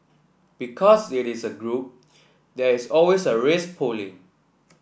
because it is a group there is always a risk pooling